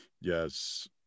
Yes